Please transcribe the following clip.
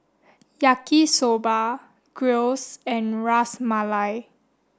Yaki soba Gyros and Ras Malai